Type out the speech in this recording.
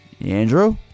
Andrew